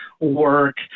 work